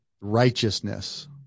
righteousness